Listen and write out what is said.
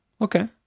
Okay